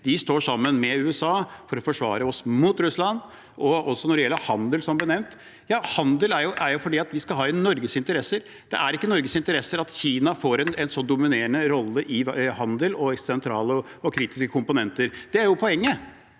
Vi står sammen med USA for å forsvare oss mot Russland. Og når det gjelder handel, som ble nevnt – ja, handel skal vi jo ha på grunn av Norges interesser. Det er ikke i Norges interesse at Kina får en så dominerende rolle i handel og i sentrale og kritiske komponenter. Det er jo poenget.